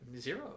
zero